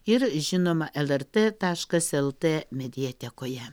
ir žinoma lrt taškas lt mediatekoje